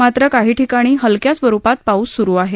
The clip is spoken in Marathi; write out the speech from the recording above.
मात्र काही ठिकाणी हलक्या स्वरुपात पाऊस सुरू आहे